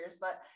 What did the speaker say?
but-